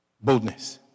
Boldness